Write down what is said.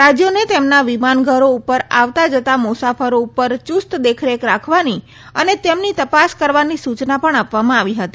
રાજ્યોને તેમના વિમાનઘરો ઉપર આવતા જતાં મુસાફરો ઉપર યુસ્ત દેખરેખ રાખવાની અને તેમની તપાસ કરવાની સુચના પણ આપવામાં આવી હતી